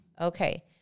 Okay